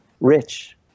rich